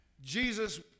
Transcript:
Jesus